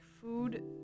food